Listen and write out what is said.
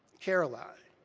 caroline,